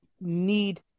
need